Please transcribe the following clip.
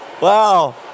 Wow